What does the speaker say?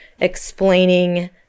explaining